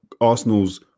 Arsenal's